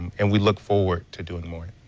and we look forward to doing more.